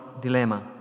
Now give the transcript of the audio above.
dilemma